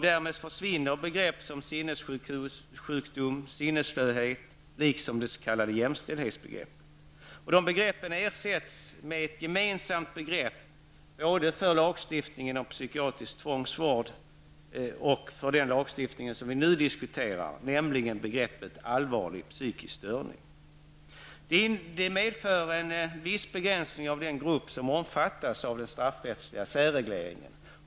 Då försvinner begrepp som sinnesjukdom, sinneslöhet liksom det s.k. jämställdhetsbegreppet. Dessa begrepp ersätts med ett gemensamt begrepp för både lagstiftningen av psykiatrisk tvångsvård och för den lagstiftning som vi nu diskuterar, nämligen begreppet allvarlig psykisk störning. Det medför en viss begränsning av den grupp som omfattas av den straffrättsliga särregleringen.